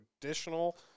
traditional